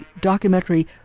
documentary